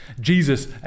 Jesus